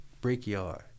Brickyard